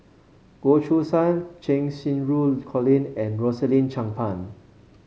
Goh Choo San Cheng Xinru Colin and Rosaline Chan Pang